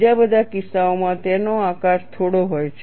બીજા બધા કિસ્સાઓમાં તેનો આકાર થોડો હોય છે